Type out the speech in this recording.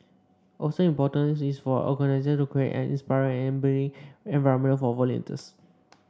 also important is for organisation to create an inspiring and enabling environment for volunteers